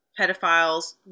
pedophiles